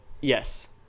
Yes